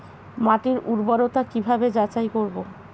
মাটির উর্বরতা কি ভাবে যাচাই করব?